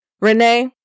renee